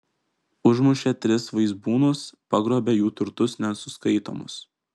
užmušė tris vaizbūnus pagrobė jų turtus nesuskaitomus